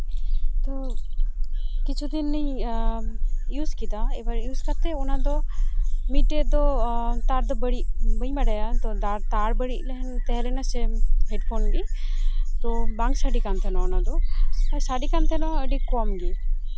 ᱛᱚ ᱠᱤᱪᱷᱩ ᱫᱤᱱᱤᱧ ᱤᱭᱩᱥ ᱠᱮᱫᱟ ᱤᱭᱩᱥ ᱠᱟᱛᱮ ᱚᱱᱟᱫᱚ ᱢᱤᱫᱴᱮᱡ ᱫᱚ ᱛᱟᱨ ᱫᱚ ᱵᱟᱹᱤᱡ ᱵᱟᱹᱧ ᱵᱟᱲᱟᱭᱟ ᱛᱚ ᱛᱟᱨ ᱵᱟᱹᱲᱤᱡ ᱛᱟᱦᱮᱸ ᱞᱮᱱᱟ ᱥᱮ ᱦᱮᱰᱯᱷᱳᱱᱜᱮ ᱛᱚ ᱵᱟᱝ ᱥᱟᱰᱮᱠᱟᱱ ᱛᱟᱦᱮᱱᱟ ᱚᱱᱟᱫᱚ ᱟᱨ ᱥᱟᱰᱮᱠᱟᱱ ᱛᱟᱦᱮᱱ ᱨᱮᱦᱚᱸ ᱟᱹᱰᱤ ᱠᱚᱢᱜᱮ